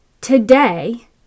today